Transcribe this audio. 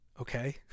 okay